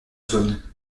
zone